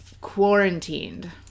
quarantined